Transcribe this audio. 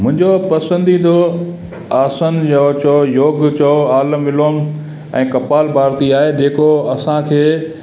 मुंहिंजो पसंदीदो आसन या चओ योग चओ आलोम विलोम ऐं कपालभाति आहे जेको असांखे